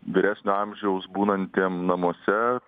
vyresnio amžiaus būnantiem namuose